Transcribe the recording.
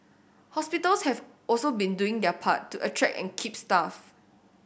hospitals have also been doing their part to attract and keep staff